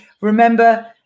remember